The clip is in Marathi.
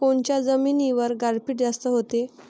कोनच्या जमिनीवर गारपीट जास्त व्हते?